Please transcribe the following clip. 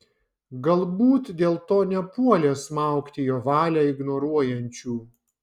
galbūt dėl to nepuolė smaugti jo valią ignoruojančių